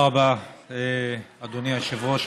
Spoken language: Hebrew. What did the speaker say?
אדוני היושב-ראש.